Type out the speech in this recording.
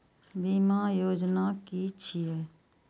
बीमा योजना कि छिऐ?